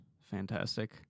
fantastic